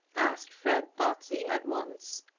asked fred botsey at once.